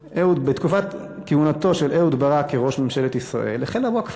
בתקופת כהונתו של אהוד ברק כראש ממשלת ישראל החל הווקף